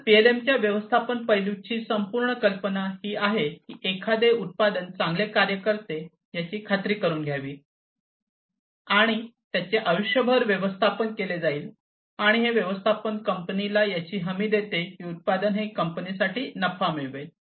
तर पीएलएमच्या व्यवस्थापन पैलूची संपूर्ण कल्पना ही आहे की एखादे उत्पादन चांगले कार्य करते याची खात्री करुन घ्यावी त्याचे आयुष्यभर व्यवस्थापन केले जाईल आणि हे व्यवस्थापन कंपनीला याची हमी देते की उत्पादन हे कंपनीसाठी नफा मिळवेल